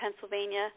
Pennsylvania